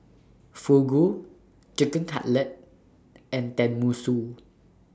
Fugu Chicken Cutlet and Tenmusu